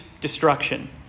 destruction